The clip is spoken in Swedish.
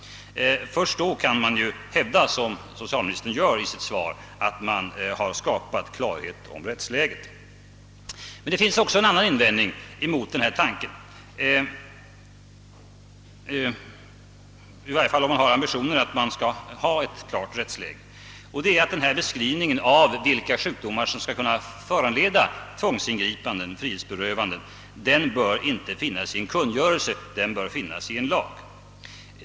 Först då kan man hävda, som socialministern gör i sitt svar, att man har skapat klarhet om rättsläget. Det finns också en annan invändning mot denna tanke, i varje fall om man har ambitionen att vi skall ha ett klart rättsläge; beskrivningen av vilka sjukdomar som skall kunna föranleda tvångsingripanden — frihetsberövanden — bör inte finnas i en kungörelse, den bör finnas i en lag.